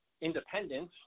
independent